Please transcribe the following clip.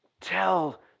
Tell